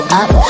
up